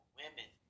women